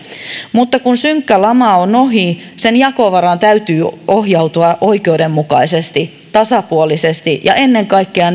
mutta kun synkkä lama on ohi sen jakovaran täytyy ohjautua oikeudenmukaisesti ja tasapuolisesti ja ennen kaikkea